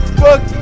fuck